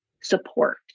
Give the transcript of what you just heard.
support